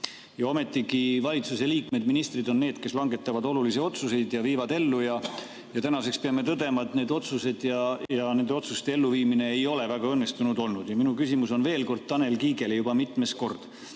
Ometigi valitsuse liikmed, ministrid on need, kes langetavad olulisi otsuseid ja viivad ellu. Tänaseks peame tõdema, et need otsused ja nende otsuste elluviimine ei ole väga õnnestunud olnud. Minu küsimus on veel kord Tanel Kiige kohta, juba mitmes kord.